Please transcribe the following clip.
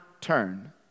turn